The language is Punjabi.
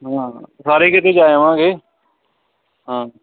ਹਾਂ ਸਾਰੇ ਕਿਤੇ ਜਾਏ ਆਵਾਂਗੇ ਹਾਂ